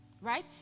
right